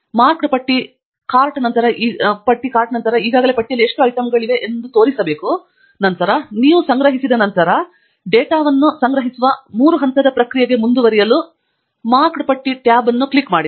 marked ಪಟ್ಟಿ cart ನಂತರ ಈಗಾಗಲೇ ಪಟ್ಟಿಯಲ್ಲಿ ಎಷ್ಟು ಐಟಂಗಳಿವೆ ಎಂಬುದನ್ನು ತೋರಿಸಬೇಕು ಮತ್ತು ನಂತರ ನೀವು ಸಂಗ್ರಹಿಸಿದ ನಂತರ ಡೇಟಾವನ್ನು ಸಂಗ್ರಹಿಸುವ ಮೂರು ಹಂತದ ಪ್ರಕ್ರಿಯೆಗೆ ಮುಂದುವರಿಯಲು ಮಾರ್ಕ್ಡ್ ಪಟ್ಟಿ ಟ್ಯಾಬ್ ಅನ್ನು ಕ್ಲಿಕ್ ಮಾಡಿ